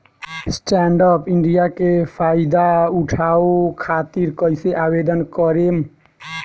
Stand up India के फाइदा उठाओ खातिर कईसे आवेदन करेम?